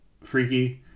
freaky